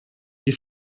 die